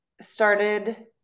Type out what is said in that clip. started